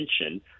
attention